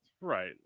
Right